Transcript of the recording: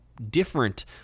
different